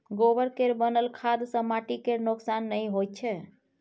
गोबर केर बनल खाद सँ माटि केर नोक्सान नहि होइ छै